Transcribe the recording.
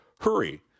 hurry